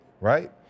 right